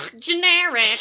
generic